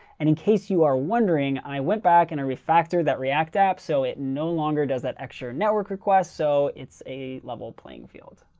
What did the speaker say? and in case you are wondering, i went back and i refactored that react app so it no longer does that extra network request, so it's a level playing field.